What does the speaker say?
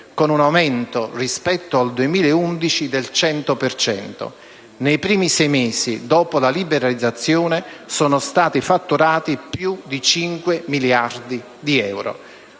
con un aumento, rispetto al 2011, del 100 per cento. Nei primi sei mesi, dopo la liberalizzazione, sono stati fatturati più di 5 miliardi di euro.